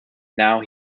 now